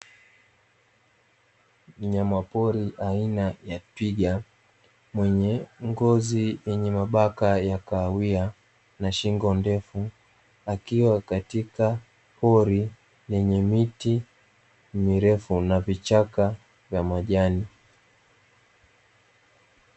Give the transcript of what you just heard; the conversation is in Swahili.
Mnyama pori aina ya twiga mwenye ngozi yenye mabaka ya kahawia na shingo ndefu, akiwa katika pori lenye miti mirefu na vichaka vya majani.